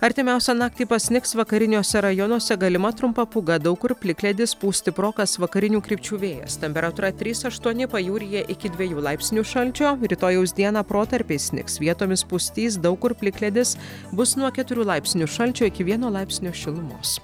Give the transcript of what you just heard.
artimiausią naktį pasnigs vakariniuose rajonuose galima trumpa pūga daug kur plikledis pūs stiprokas vakarinių krypčių vėjas temperatūra trys aštuoni pajūryje iki dviejų laipsnių šalčio rytojaus dieną protarpiais snigs vietomis pustys daug kur plikledis bus nuo keturių laipsnių šalčio iki vieno laipsnio šilumos